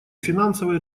финансовой